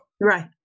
Right